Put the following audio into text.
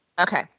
Okay